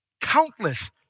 Countless